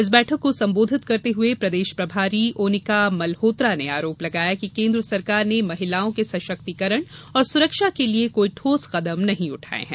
इस बैठक को संबोधित करते हुए प्रदेश प्रभारी ओनिका मल्होत्रा ने आरोप लगाया कि केन्द्र सरकार ने महिलाओं के सशक्तिकरण और सुरक्षा के लिये कोई ठोस कदम नहीं उठाये हैं